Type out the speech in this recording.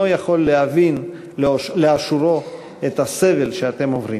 יכול להבין לאשורו את הסבל שאתם עוברים.